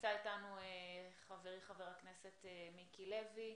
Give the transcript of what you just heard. נמצא איתנו חברי חבר הכנסת מיקי לוי.